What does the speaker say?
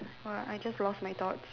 !wah! I just lost my thoughts